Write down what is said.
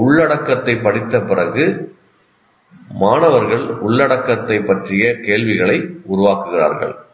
உள்ளடக்கத்தைப் படித்த பிறகு மாணவர்கள் உள்ளடக்கத்தைப் பற்றிய கேள்விகளை உருவாக்குகிறார்கள்